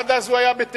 עד אז הוא היה בתל-אביב.